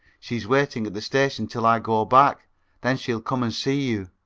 she's waiting at the station till i go back then she'll come and see you.